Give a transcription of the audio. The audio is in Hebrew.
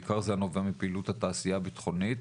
בעיקר זה הנובע מפעילות התעשייה הביטחונית